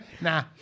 nah